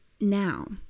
Now